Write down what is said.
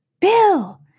Bill